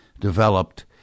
developed